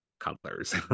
cutlers